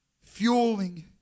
fueling